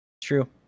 True